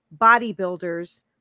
bodybuilders